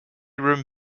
room